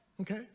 okay